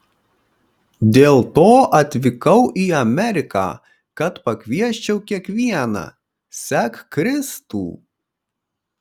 dėl to atvykau į ameriką kad pakviesčiau kiekvieną sek kristų